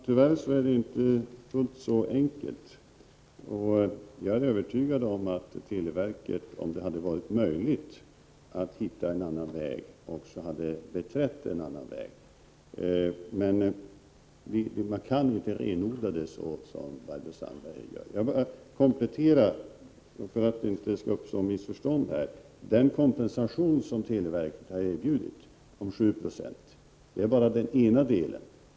Herr talman! Tyvärr är det inte fullt så enkelt. Jag är övertygad om att televerket om det hade varit möjligt att hitta en annan väg också hade beträtt den. Man kan inte renodla så som Barbro Sandberg här gör. Jag vill komplettera, för att det inte skall uppstå några missförstånd: den kompensation på 7 90 som televerket har erbjudit är bara den ena delen.